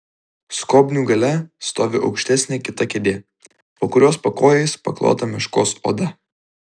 skobnių gale stovi aukštesnė kita kėdė po kurios pakojais paklota meškos oda